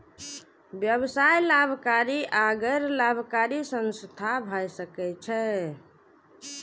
व्यवसाय लाभकारी आ गैर लाभकारी संस्था भए सकै छै